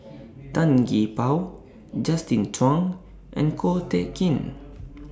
Tan Gee Paw Justin Zhuang and Ko Teck Kin